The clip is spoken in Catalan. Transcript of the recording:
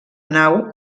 nau